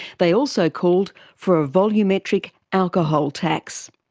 they also called for a volumetric alcohol tax.